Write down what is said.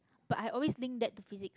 but i always link that to physics